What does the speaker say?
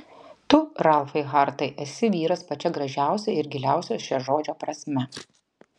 tu ralfai hartai esi vyras pačia gražiausia ir giliausia šio žodžio prasme